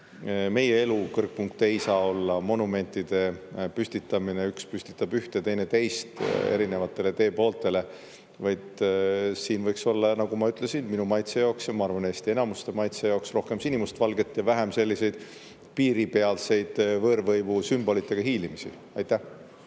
Meie elu kõrgpunkt ei saa olla monumentide püstitamine, üks püstitab ühte ja teine teist erinevatele teepooltele, vaid siin võiks olla ja, nagu ma ütlesin, minu maitse jaoks ja, ma arvan, Eesti enamuste maitse jaoks rohkem sini-must-valget ja vähem selliseid piiripealseid võõrvõimu sümbolitega hiilimisi. Aitäh!